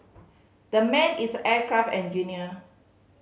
the man is aircraft engineer